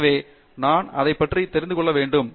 எனவே எனவே நான் அதை பற்றி தெரிந்து கொள்ள வேண்டும்